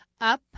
Up